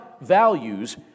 values